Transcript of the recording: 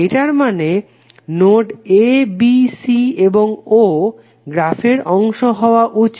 এটার মানে node a b c এবং o গ্রাফের অংশ হওয়া উচিত